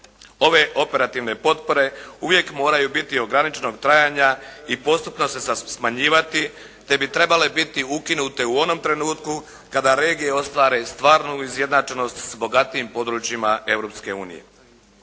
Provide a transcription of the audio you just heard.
Ove operativne potpore uvijek moraju biti ograničenog trajanja i postupno se smanjivati te bi trebale biti ukinute u onom trenutku kada regije ostvare stvarnu izjednačenost s bogatijim područjima